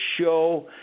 show